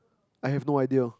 I have no idea